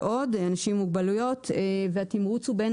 אנשים עם מוגבלויות ועוד והתמרוץ הוא בין